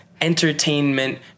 entertainment